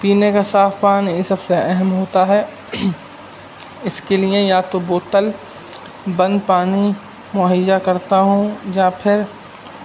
پینے کا صاف پانی یہ سب سے اہم ہوتا ہے اس کے لیے یا تو بوتل بند پانی مہیا کرتا ہوں یا پھر